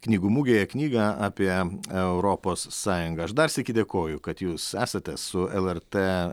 knygų mugėje knygą apie europos sąjungą aš dar sykį dėkoju kad jūs esate su lrt